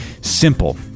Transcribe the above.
simple